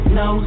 no